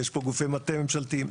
יש פה גופי מטה ממשלתיים.